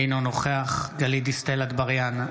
אינו נוכח גלית דיסטל אטבריאן,